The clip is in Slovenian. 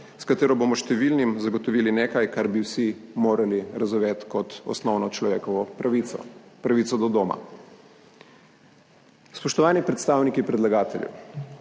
s katero bomo številnim zagotovili nekaj, kar bi vsi morali razumeti kot osnovno človekovo pravico, pravico do doma. Spoštovani predstavniki predlagateljev,